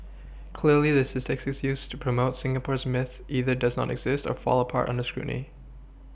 clearly the statistics used to promote Singapore's myth either does not exist or fall apart under scrutiny